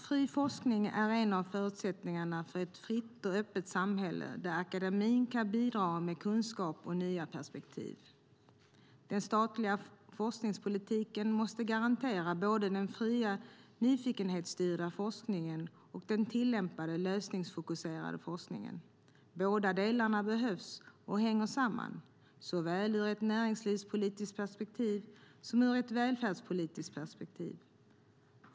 Fri forskning är en av förutsättningarna för ett fritt och öppet samhälle där akademin kan bidra med kunskap och nya perspektiv. Den statliga forskningspolitiken måste garantera både den fria nyfikenhetsstyrda forskningen och den tillämpade, lösningsfokuserade forskningen. Båda delarna behövs och hänger samman, såväl ur ett näringslivspolitiskt perspektiv som ur ett välfärdspolitiskt perspektiv.